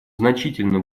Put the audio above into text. значительно